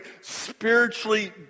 spiritually